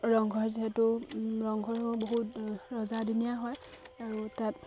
ৰংঘৰ যিহেতু ৰংঘৰো বহুত ৰজা দিনীয়া হয় আৰু তাত